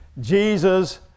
Jesus